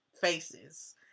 faces